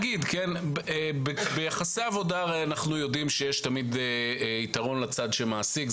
אנחנו יודעים שביחסי עבודה יש תמיד יתרון לצד שמעסיק.